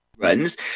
runs